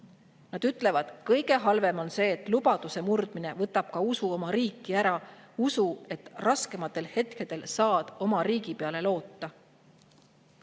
Nad ütlevad: kõige halvem on see, et lubaduse murdmine võtab ka usu oma riiki ära, usu, et raskematel hetkedel saad oma riigi peale loota.